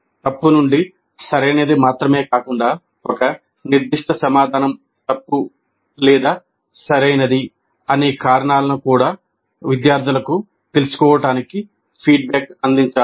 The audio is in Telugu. తప్పు నుండి సరైనది మాత్రమే కాకుండా ఒక నిర్దిష్ట సమాధానం తప్పు లేదా సరైనది అనే కారణాలను కూడా విద్యార్థులకు తెలుసుకోవడానికి ఫీడ్బ్యాక్ అందించాలి